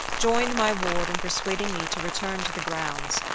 joined my ward in persuading me to return to the grounds,